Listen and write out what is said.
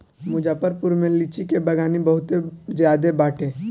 मुजफ्फरपुर में लीची के बगानी बहुते ज्यादे बाटे